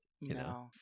no